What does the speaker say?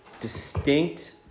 distinct